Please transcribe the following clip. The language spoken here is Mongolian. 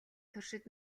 туршид